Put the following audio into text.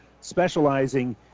specializing